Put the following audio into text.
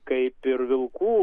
kaip ir vilkų